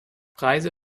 preise